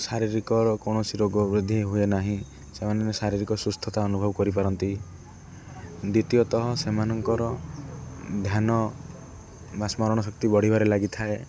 ଶାରୀରିକର କୌଣସି ରୋଗ ବୃଦ୍ଧି ହୁଏ ନାହିଁ ସେମାନେ ଶାରୀରିକ ସୁସ୍ଥତା ଅନୁଭବ କରିପାରନ୍ତି ଦ୍ୱିତୀୟତଃ ସେମାନଙ୍କର ଧ୍ୟାନ ବା ସ୍ମରଣ ଶକ୍ତି ବଢ଼ିବାରେ ଲାଗିଥାଏ